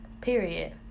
period